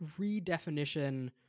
redefinition